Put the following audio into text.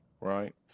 Right